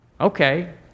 Okay